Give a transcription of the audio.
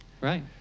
Right